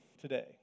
today